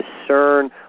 discern